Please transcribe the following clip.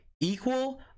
Equal